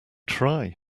try